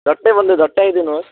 झट्टैभन्दा झट्टै आइदिनु होस्